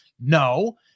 No